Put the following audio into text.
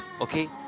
Okay